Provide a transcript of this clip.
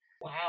Wow